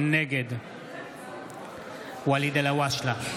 נגד ואליד אלהואשלה,